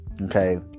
Okay